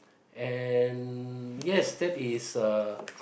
and yes that is uh